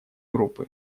группы